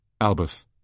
Albus